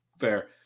Fair